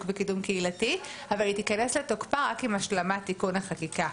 ולקידום קהילתי אבל היא תיכנס לתוקפה רק עם השלמת תיקון החקיקה.